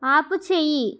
ఆపుచేయి